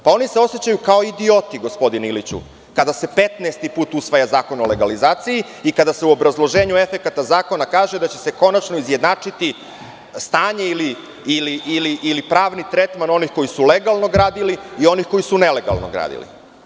Oni se osećaju kao idioti, gospodine Iliću, kada se 15. put usvaja zakon o legalizaciji i kada se u obrazloženju efekata zakona kaže da će se konačno izjednačiti stanje i pravni tretman onih koji su legalno gradili i onih koji su nelegalno gradili.